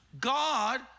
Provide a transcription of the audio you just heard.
God